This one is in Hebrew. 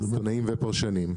עיתונאים ופרשנים.